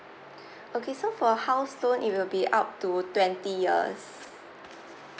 okay so for house loan it will be up to twenty years